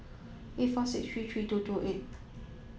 eight four six three three two two eight